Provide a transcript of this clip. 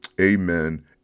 Amen